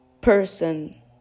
person